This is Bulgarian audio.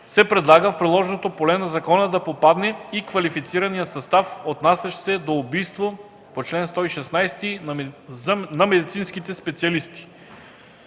се предлага в приложното поле на закона да попадне и квалифицираният състав, отнасящ се до убийство по чл. 116 на медицинските специалисти.